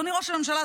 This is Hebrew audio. אדוני ראש הממשלה,